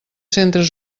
centres